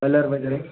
colour वगैरे